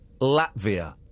Latvia